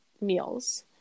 meals